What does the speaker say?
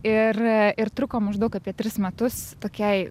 ir ir truko maždaug apie tris metus tokiai